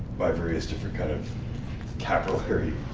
by various different kind of capillary